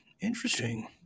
Interesting